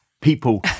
people